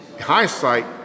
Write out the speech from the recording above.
hindsight